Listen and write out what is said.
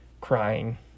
crying